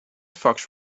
fox